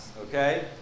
okay